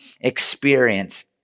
experience